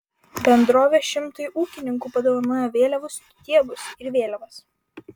bendrovė šimtui ūkininkų padovanojo vėliavų stiebus ir vėliavas